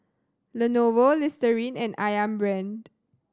Lenovo Listerine and Ayam Brand